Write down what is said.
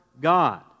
God